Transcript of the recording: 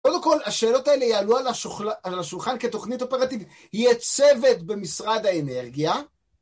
קודם כל, השאלות האלה יעלו על השולחן כתוכנית אופרטיבית. היא הצוות במשרד האנרגיה.